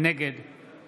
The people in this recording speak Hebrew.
נגד